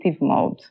mode